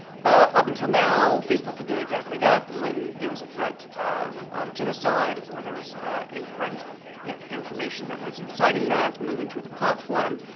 up until now, facebook could do exactly that, when there was a threat of genocide, or there was incorrect information that was inciting that, moving through the platform,